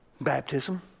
Baptism